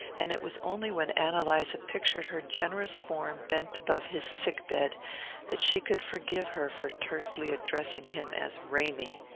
and it was only when ann eliza pictured her generous form bent above his sick-bed that she could forgive her for tersely addressing him as ramy.